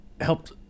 helped